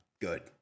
Good